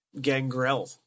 Gangrel